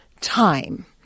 time